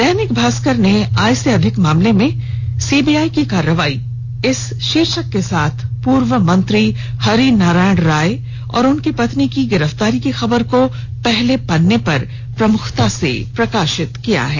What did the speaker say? दैनिक भास्कर ने आय से अधिक मामले में सीबीआई की कार्रवाई इस शीर्षक के साथ पूर्व मंत्री हरिनारायण राय और उनकी पत्नी की गिरफ्तारी की खबर को पहले पन्ने पर स्थान दिया है